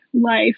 life